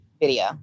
video